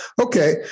Okay